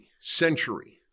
century